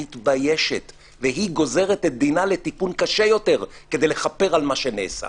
מתביישת והיא גוזרת את דינה לתיקון קשה יותר כדי לכפר על מה שנעשה.